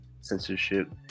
censorship